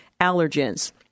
allergens